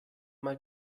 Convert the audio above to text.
mal